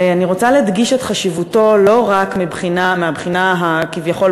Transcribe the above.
ואני רוצה להדגיש את חשיבותו לא רק מהבחינה הכביכול